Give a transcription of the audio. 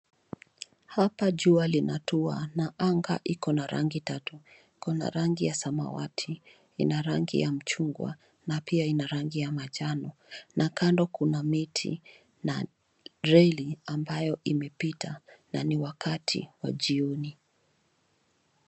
Hapa jua linatu na anga iko na rangi tatu. Kuna rangi ya samawati, ina machungwa na pia ina rangi ya manjano na kando kuna miti na reli ambayo inapita na ni wakati wa jioni.